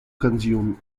consume